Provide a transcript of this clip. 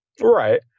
Right